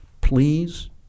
please